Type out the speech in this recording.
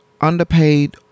underpaid